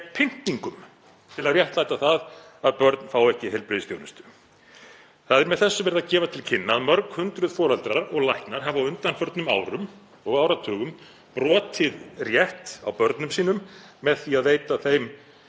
pyndingum til að réttlæta það að börn fái ekki heilbrigðisþjónustu. Með þessu er verið að gefa til kynna að mörg hundruð foreldrar og læknar hafi á undanförnum árum og áratugum brotið rétt á börnum sínum með því að veita þeim